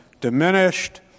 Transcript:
diminished